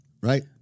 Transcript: Right